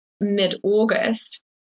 mid-August